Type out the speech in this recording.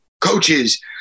coaches